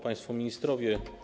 Państwo Ministrowie!